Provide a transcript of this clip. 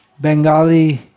Bengali